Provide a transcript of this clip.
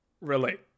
relate